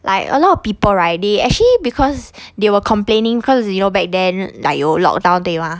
like a lot of people right they actually because they were complaining because you know back then like 有 lockdown 对吗